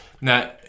Now